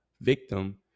victim